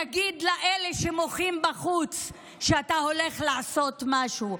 תגיד לאלה שמוחים בחוץ שאתה הולך לעשות משהו.